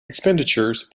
expenditures